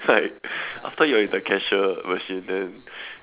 right after you are in the cashier machine then